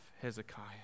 Hezekiah